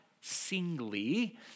singly